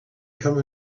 come